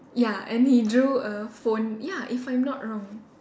ya and he drew a phone ya if I'm not wrong